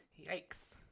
Yikes